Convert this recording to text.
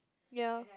ya